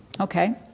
Okay